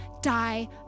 die